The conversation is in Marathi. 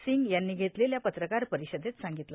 सिंग यांनी घेतलेल्या पत्रकार परिषदेत सांगितलं